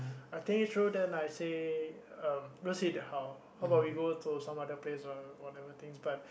I think it through then I say um don't say the how how about we go some other place but